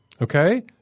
Okay